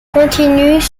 continues